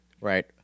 Right